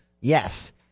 Yes